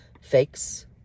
fakes